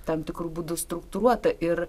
tam tikru būdu struktūruota ir